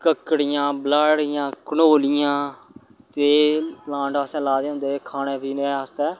ककड़ियां ब्लाड़ियां कंडोलियां ते प्लांट असें लाए दे होंदे खाने पीने आस्तै